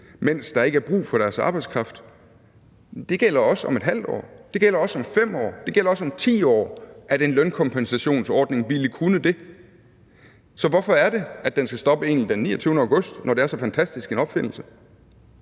mens der ikke er brug for deres arbejdskraft, gælder også om et halvt år. Og det gælder også om 5 år, og det gælder også om 10 år, at en lønkompensationsordning ville kunne det. Så hvorfor er det egentlig, at den skal stoppe den 29. august, når det er så fantastisk en opfindelse?